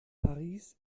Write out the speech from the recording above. paris